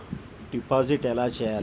Deposit ఎలా చెయ్యాలి?